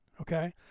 okay